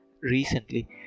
recently